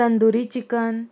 tandoori chicken